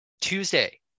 Tuesday